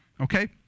okay